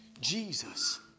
Jesus